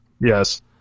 Yes